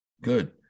good